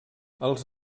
els